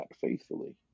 faithfully